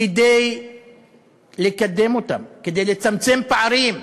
כדי לקדם אותם, כדי לצמצם פערים,